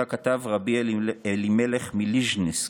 שאותה כתב רבי אלימלך מליז'נסק: